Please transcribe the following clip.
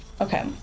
Okay